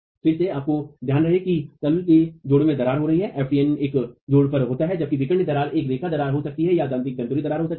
फिर से आपको ध्यान रहे की तल के जोड़ों में दरार हो रही है ftn एक जोड़ पर होता है जबकि विकर्ण दरार एक रेखिक दरार हो सकती है या एक दन्तुरित दरार हो सकती है